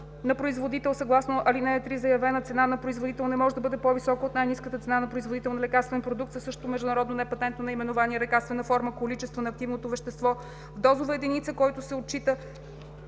на производител съгласно ал. 3, заявената цена на производител не може да бъде по-висока от най-ниската цена на производител на лекарствен продукт със същото международно непатентно наименование, лекарствена форма, количество на активното вещество в дозова единица, който се счита